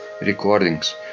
recordings